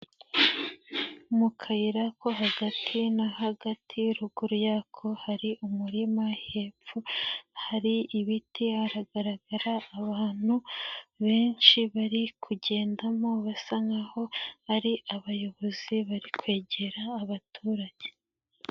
Mu kayira ko hagati na hagati ruguru yako hari umurima, hepfo hari ibiti, haragaragara abantu benshi bari kugendamo basa nk'aho ari abayobozi bari kwegera abaturage.